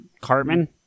Cartman